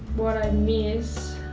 what i miss